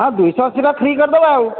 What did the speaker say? ହଁ ଦୁଇଶହ ଅଶିଟା ଫ୍ରି କରିଦେବା ଆଉ